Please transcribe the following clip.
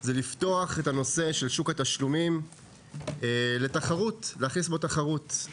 זה לפתוח את הנושא של שוק התשלומים לתחרות; להכניס בו תחרות.